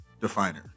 definer